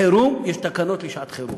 בחירום יש תקנות לשעת חירום.